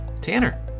Tanner